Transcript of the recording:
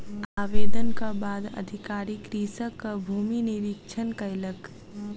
आवेदनक बाद अधिकारी कृषकक भूमि निरिक्षण कयलक